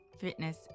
fitness